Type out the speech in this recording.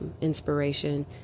inspiration